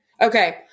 Okay